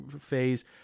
phase